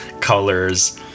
colors